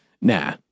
Nah